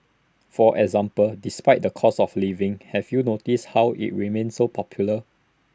for example despite the cost of living have you noticed how IT remains so popular